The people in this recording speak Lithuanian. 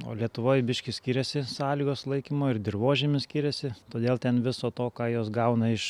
o lietuvoje biški skiriasi sąlygos laikymo ir dirvožemis skiriasi todėl ten viso to ką jos gauna iš